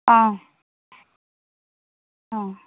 অঁ অঁ